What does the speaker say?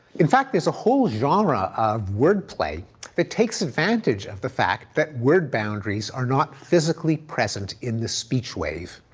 in fact, there's a whole genre of wordplay that takes advantage of the fact that word boundaries are not physically present in the speech wave.